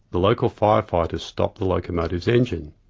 the local fire fighters stopped the locomotive's engine.